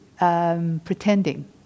Pretending